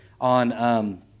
on